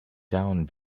down